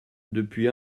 depuis